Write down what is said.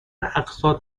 اقساط